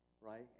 right